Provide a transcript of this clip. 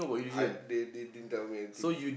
I they they they didn't tell me anything